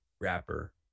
wrapper